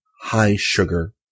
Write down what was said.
high-sugar